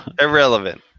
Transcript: Irrelevant